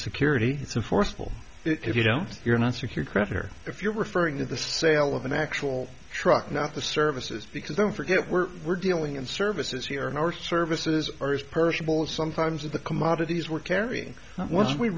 security it's a forceful if you don't you're not secure crafter if you're referring to the sale of an actual truck not the services because don't forget we're we're dealing in services here in our services are as personable sometimes of the commodities we're carrying once we